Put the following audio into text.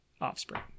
offspring